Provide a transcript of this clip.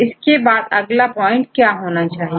इसके अलावा अगला क्या पॉइंट होना चाहिए